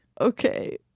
Okay